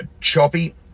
choppy